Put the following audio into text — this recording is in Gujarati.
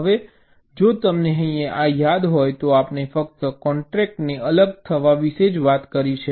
હવે જો તમને અહીં આ યાદ હોય તો આપણે ફક્ત કોન્સ્ટ્રેન્ટને અલગ થવા વિશે જ વાત કરી છે